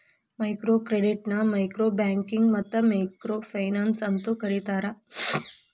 micro ಕ್ರೆಡಿಟ್ನ micro banking ಮತ್ತ micro finance ಅಂತೂ ಕರಿತಾರ